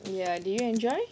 ya did you enjoy